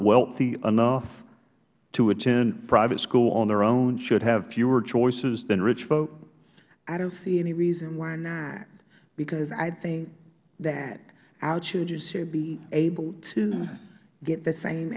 wealthy enough to attend private school on their own should have fewer choices than rich folk ms bennett i don't see any reason why not because i think that our children should be able to get the same